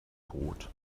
brot